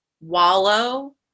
wallow